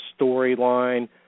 storyline